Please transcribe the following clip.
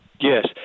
Yes